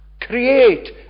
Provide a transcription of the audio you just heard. Create